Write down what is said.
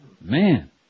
Man